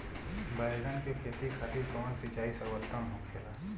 बैगन के खेती खातिर कवन सिचाई सर्वोतम होखेला?